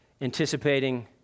anticipating